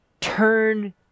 turn